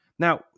Now